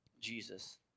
Jesus